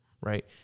Right